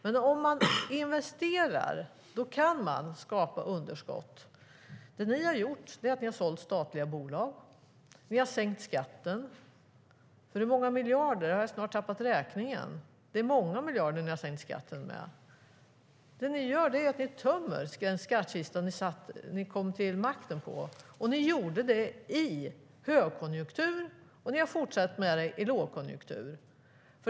Men om man investerar kan man skapa underskott. Det ni har gjort är att ni har sålt statliga bolag, och ni har sänkt skatten - med hur många miljarder har jag snart tappat räkningen på, men det är många. Ni tömmer den skattkista ni kom till makten på. Ni gjorde det i högkonjunktur, och ni har fortsatt med det i lågkonjunktur.